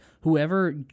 whoever